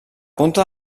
punta